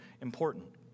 important